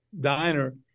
diner